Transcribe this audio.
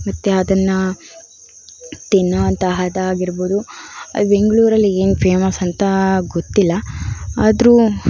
ಮತ್ತು ಅದನ್ನು ತಿನ್ನೊಹಂತದಾಗಿರ್ಬೋದು ಬೆಂಗಳೂರಲ್ಲಿ ಏನು ಫೇಮಸ್ ಅಂತ ಗೊತ್ತಿಲ್ಲ ಆದರೂ